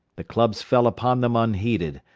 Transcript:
the clubs fell upon them unheeded.